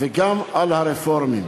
וגם על הרפורמים.